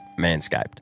Manscaped